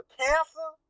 cancer